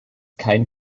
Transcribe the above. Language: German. kein